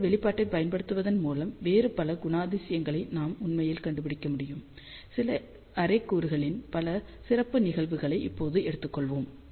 அந்த வெளிப்பாட்டைப் பயன்படுத்துவதன் மூலம் வேறு பல குணாதிசயங்களை நாம் உண்மையில் கண்டுபிடிக்க முடியும் சில அரே கூறுகளின் பல சிறப்பு நிகழ்வுகளை இப்போது எடுத்துக்கொள்வோம்